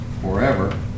forever